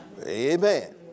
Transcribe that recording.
Amen